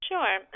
Sure